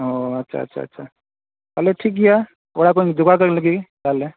ᱚᱸᱻ ᱟᱪᱷᱟ ᱟᱪᱷᱟ ᱪᱷᱟ ᱛᱟᱦᱚᱞᱮ ᱴᱷᱤᱠ ᱜᱮᱭᱟ ᱠᱚᱲᱟ ᱠᱚᱹᱧ ᱡᱚᱜᱟᱲ ᱫᱟᱲᱮ ᱞᱮᱜᱮ ᱛᱟᱦᱚᱞᱮ